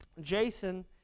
Jason